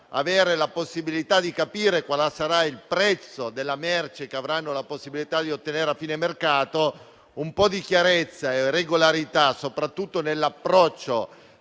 avere la possibilità di capire quale sarà il prezzo della merce che avranno la possibilità di ottenere a fine mercato. Un po' di chiarezza e di regolarità, soprattutto nell'approccio